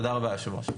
תודה רבה, היושב-ראש.